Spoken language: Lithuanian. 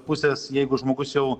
pusės jeigu žmogus jau